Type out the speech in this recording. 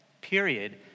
Period